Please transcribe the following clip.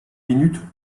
minutes